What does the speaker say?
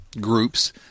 groups